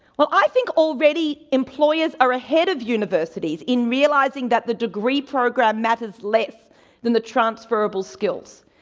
well i think, already, employers are ahead of universities in realising that the degree program matters less than the transferrable skills.